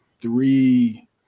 three